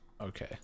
okay